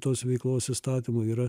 tos veiklos įstatymo yra